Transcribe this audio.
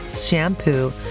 shampoo